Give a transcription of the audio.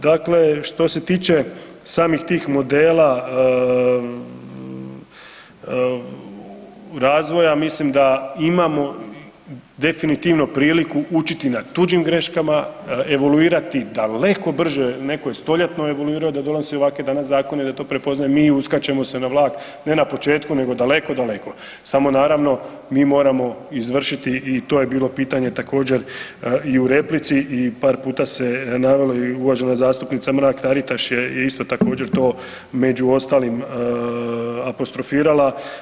Dakle, što se tiče samih tih modela razvoja mislim da imamo definitivno priliku učiti na tuđim greškama, evaluirati daleko brže, neko je stoljetno evaluirao da donosi ovakve danas zakone da to prepoznaje, mi uskačemo se na vlak ne na početku nego daleko daleko, samo naravno mi moramo izvršiti i to je bilo pitanje također i u replici i par puta se navelo i uvažena zastupnica Mrak-Taritaš je isto također to među ostalim apostrofirala.